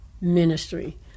ministry